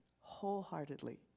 wholeheartedly